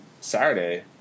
Saturday